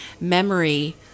memory